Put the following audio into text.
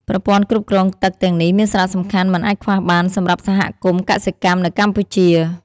ប្រព័ន្ធគ្រប់គ្រងទឹកទាំងនេះមានសារៈសំខាន់មិនអាចខ្វះបានសម្រាប់សហគមន៍កសិកម្មនៅកម្ពុជា។